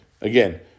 again